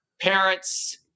parents